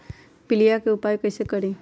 पीलिया के उपाय कई से करी?